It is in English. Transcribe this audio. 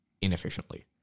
inefficiently